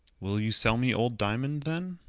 will you sell me old diamond, then?